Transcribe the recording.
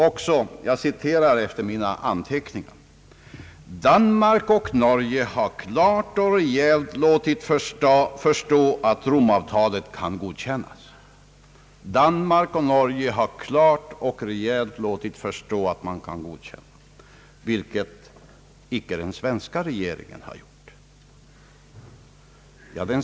Han sade — jag citerar efter mina anteckningar: »Danmark och Norge har klart och rejält låtit förstå att Romavtalet kan godkännas.» Danmark och Norge skulle alltså klart och rejält ha låtit förstå att Rom-avtalet kan godkän nas, vilket den svenska regeringen icke har gjort.